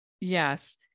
yes